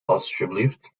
alsjeblieft